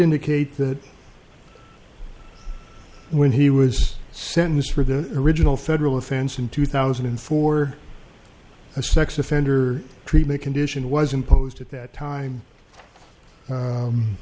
indicate that when he was sentenced for the original federal offense in two thousand and four a sex offender treatment condition was imposed at that